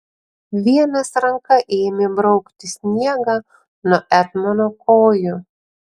vienas ranka ėmė braukti sniegą nuo etmono kojų